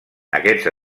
aquests